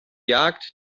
jagd